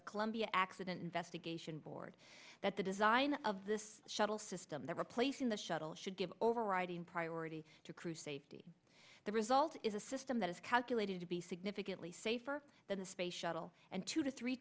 the columbia accident investigation board that the design of this shuttle system that replacing the shuttle should give overriding priority to crew safety the result is a system that is calculated to be significantly safer than the space shuttle and two to three